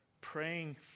praying